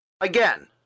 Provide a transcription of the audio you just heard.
Again